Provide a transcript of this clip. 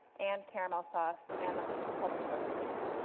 and caramel sauce, and a whole bunch of other things.